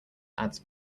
ads